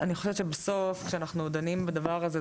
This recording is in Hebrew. אני חושבת שבסוף כשאנחנו דנים בדבר הזה,